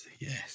yes